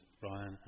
Brian